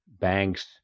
banks